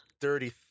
dirty